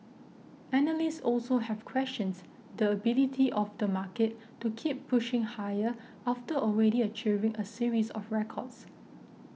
analysts also have questions the ability of the market to keep pushing higher after already achieving a series of records